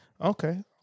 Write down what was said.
Okay